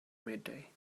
midday